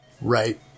Right